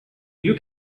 you